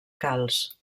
calç